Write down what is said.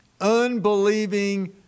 Unbelieving